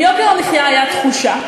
אם יוקר המחיה היה תחושה,